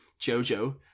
Jojo